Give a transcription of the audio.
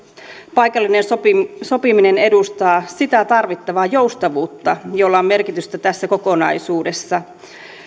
paikallinen sopiminen sopiminen edustaa sitä tarvittavaa joustavuutta jolla on merkitystä tässä kokonaisuudessa